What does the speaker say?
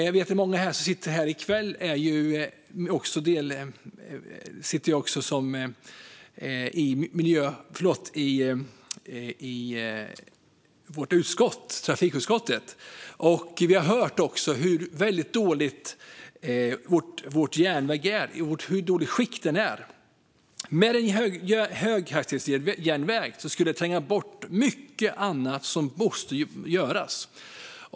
Jag vet att många som sitter här i kväll också sitter i trafikutskottet. Vi har också hört i vilket dåligt skick som vår järnväg är. En höghastighetsjärnväg skulle tränga bort mycket annat som måste göras.